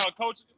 coach